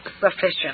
sufficient